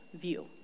view